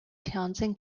townsend